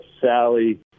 Sally